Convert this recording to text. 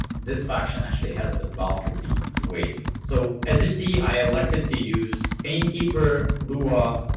this faction actually has the valkyrie wave so as you see, i elected to use painkeeper lua